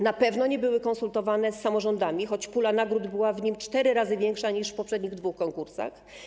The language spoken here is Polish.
Na pewno nie były konsultowane z samorządami, choć pula nagród była w nim cztery razy większa niż w dwóch poprzednich konkursach.